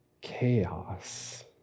Chaos